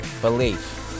Belief